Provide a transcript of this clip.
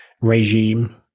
regime